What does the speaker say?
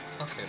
Okay